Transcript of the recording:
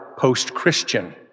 post-Christian